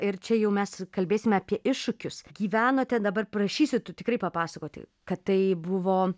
ir čia jau mes kalbėsime apie iššūkius gyvenote dabar prašysiu tikrai papasakoti kad tai buvo